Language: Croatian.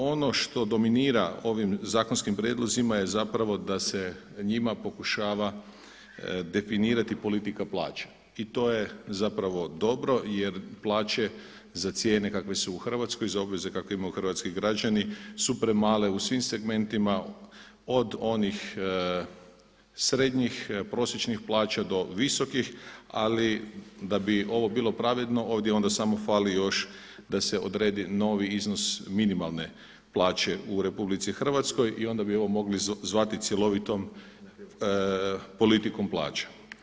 Ono što dominira ovim zakonskim prijedlozima je da se njima pokušava definirati politika plaća i to je dobro jer plaće za cijene kakve su u Hrvatskoj, za obveze kakve imaju hrvatski građani su premale u svim segmentima od onih srednjih, prosječnih plaća do visokih, ali da bi ovo bilo pravedno ovdje onda samo fali još da se odredi novi iznos minimalne plaće u RH i onda bi ovo mogli zvati cjelovitom politikom plaća.